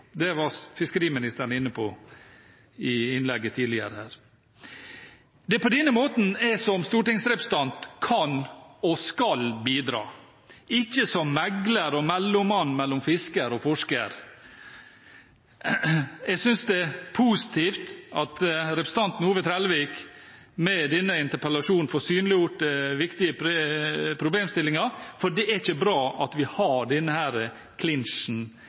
Det var fiskeriministeren inne på i innlegget sitt tidligere i dag. Det er på denne måten jeg som stortingsrepresentant kan og skal bidra – ikke som megler og mellommann mellom fisker og forsker. Jeg synes det er positivt at representanten Ove Bernt Trellevik med denne interpellasjonen får synliggjort viktige problemstillinger, for det er ikke bra at vi har denne klinsjen